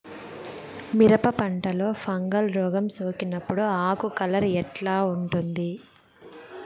మిరప పంటలో ఫంగల్ రోగం సోకినప్పుడు ఆకు కలర్ ఎట్లా ఉంటుంది?